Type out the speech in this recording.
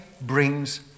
brings